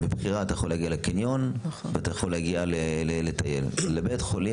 אתה יכול להגיע לקניון ואתה יכול להגיע לטייל מבחירה.